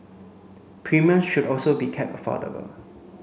premiums should also be kept affordable